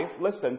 listen